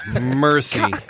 mercy